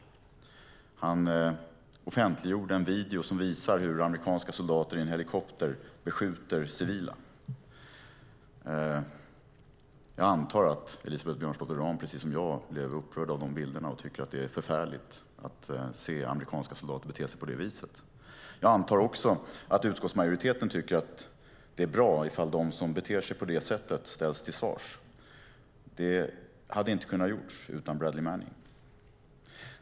Han offentliggjorde en video som visar hur amerikanska soldater i en helikopter beskjuter civila. Jag antar att Elisabeth Björnsdotter Rahm precis som jag blev upprörd av bilderna och tycker att det är förfärligt att se amerikanska soldater bete sig på det viset. Jag antar också att utskottsmajoriteten tycker att det är bra ifall de som beter sig på det sättet ställs till svars. Det hade inte kunnat göras utan Bradley Manning.